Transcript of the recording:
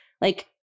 like-